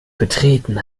betreten